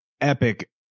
epic